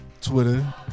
Twitter